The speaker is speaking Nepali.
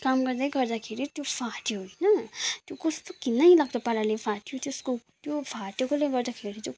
काम गर्दै गर्दाखेरि त्यो फाट्यो होइन त्यो कस्तो घिनैलाग्दो पाराले फाट्यो त्यसको त्यो फाटेकोले गर्दाखेरि चाहिँ